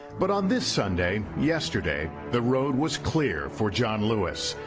but on this sunday, yesterday, the road was clear for john lewis.